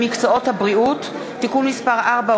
במקצועות הבריאות (תיקון מס' 4,